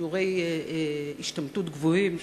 שיעורי השתמטות גבוהים יחסית,